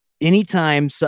anytime